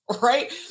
Right